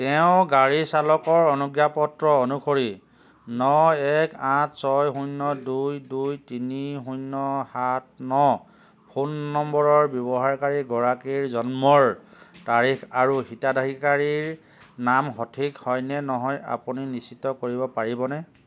তেওঁৰ গাড়ী চালকৰ অনুজ্ঞা পত্ৰ অনুসৰি ন এক আঠ ছয় শূন্য দুই দুই তিনি শূন্য সাত ন ফোন নম্বৰৰ ব্যৱহাৰকাৰী গৰাকীৰ জন্মৰ তাৰিখ আৰু হিতাধিকাৰীৰ নাম সঠিক হয়নে নহয় আপুনি নিশ্চিত কৰিব পাৰিবনে